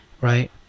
right